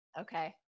Okay